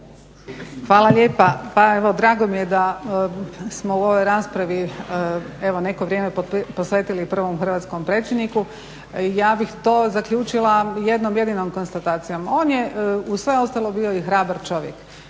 Hvala lijepa. Pa evo drago mi je da smo u ovoj raspravi evo neko vrijeme posvetili prvom hrvatskom predsjedniku. Ja bih to zaključila jednom jedinom konstatacijom. On je uz sve ostalo bio i hrabar čovjek,